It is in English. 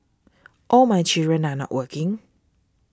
all my children are not working